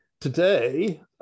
Today